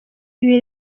ibi